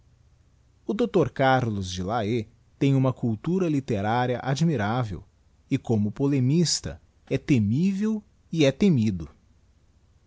o dr carlos de laet tem uma cultura literária admirável e como polemista é temivel e é temido